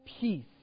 peace